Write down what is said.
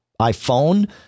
iPhone